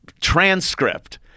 transcript